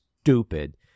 stupid